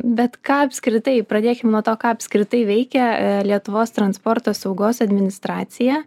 bet ką apskritai pradėkim nuo to ką apskritai veikia a lietuvos transporto saugos administracija